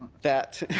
that